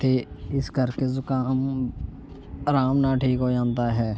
ਅਤੇ ਇਸ ਕਰਕੇ ਜ਼ੁਖਾਮ ਅਰਾਮ ਨਾਲ ਠੀਕ ਹੋ ਜਾਂਦਾ ਹੈ